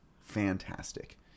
fantastic